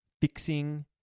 fixing